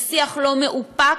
בשיח לא מאופק,